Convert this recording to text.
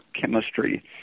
chemistry